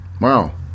Wow